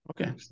Okay